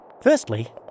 Firstly